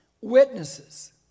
witnesses